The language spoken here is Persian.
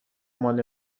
مال